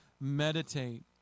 meditate